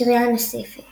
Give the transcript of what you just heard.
קריאה נוספת